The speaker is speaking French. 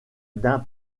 d’un